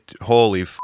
holy